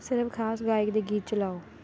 ਸਿਰਫ਼ ਖ਼ਾਸ ਗਾਇਕ ਦੇ ਗੀਤ ਚਲਾਓ